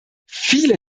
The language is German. viele